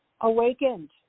awakened